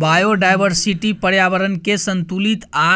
biodiversity, प्रर्याबरणकेँ संतुलित आ